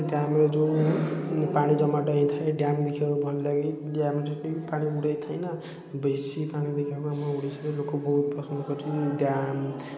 ଡ୍ୟାମ୍ର ଯେଉଁ ପାଣି ଜମାଟ ହେଇଥାଏ ଡ୍ୟାମ୍ ଦେଖିବାକୁ ଭଲ ଲାଗେ ଡ୍ୟାମ୍ ପାଣି ବୁଡ଼ାଏ ଥାଏ ନା ବେଶୀ ପାଣି ଦେଖିବାକୁ ଆମ ଓଡ଼ିଶାରେ ଲୋକ ବହୁତ ପସନ୍ଦ କରିଛନ୍ତି ଡ୍ୟାମ୍